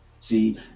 See